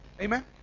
Amen